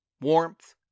warmth